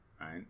right